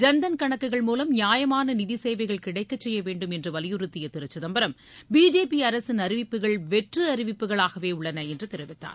ஜன்தன் கணக்குகள் மூலம் நியாயமான நிதி சேவைகள் கிடைக்க செய்யவேண்டும் என்று வலியுறுத்திய திரு சிதம்பரம் பிஜேபி அரசின் அறிவிப்புகள் வெற்று அறிவிப்புகளாகவே உள்ளன என்றும் தெரிவித்தார்